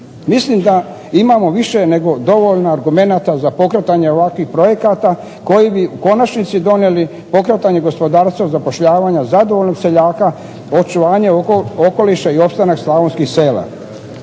Mislim da imamo više nego dovoljno argumenata za pokretanje ovakvih projekata koji bi u konačnici donijeli pokretanje gospodarstva, zapošljavanja, zadovoljnih seljaka, očuvanje okoliša i opstanak slavonskih sela.